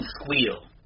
squeal